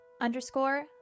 underscore